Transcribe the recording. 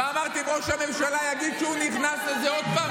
אמרתי שאם ראש הממשלה יגיד שהוא נכנס לזה עוד פעם,